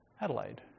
Adelaide